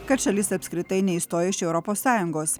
kad šalis apskritai neišstoja iš europos sąjungos